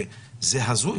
שזה הזוי,